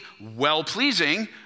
well-pleasing